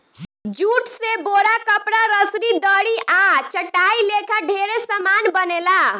jute से बोरा, कपड़ा, रसरी, दरी आ चटाई लेखा ढेरे समान बनेला